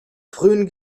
frühen